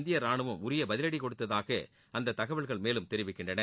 இந்திய ரானுவம் உரிய பதிவடி கொடுத்ததாக அந்த தகவல்கள் மேலும் தெரிவிக்கின்றன